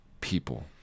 people